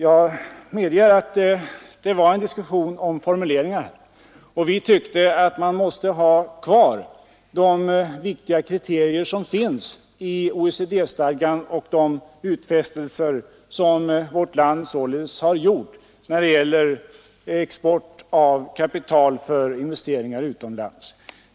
Jag medger att det var en diskussion om formuleringar i utskottet. Vi tyckte att man måste ha kvar de viktiga kriterier som finns i OECD-stadgan och de utfästelser som vårt land således har gjort när det gäller export av kapital för investeringar utomlands.